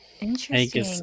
Interesting